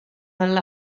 mill